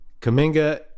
Kaminga